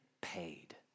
paid